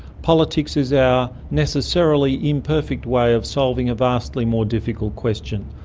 politics is our necessarily imperfect way of solving a vastly more difficult question.